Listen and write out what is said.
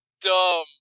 dumb